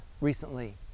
recently